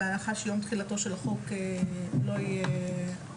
בהנחה שיום תחילתו של החוק לא יהיה אחרי מאי.